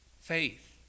faith